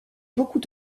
beaucoup